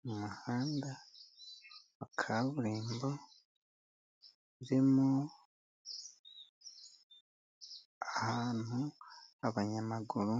Ni umuhanda wa kaburimbo, urimo ahantu abanyamaguru